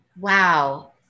Wow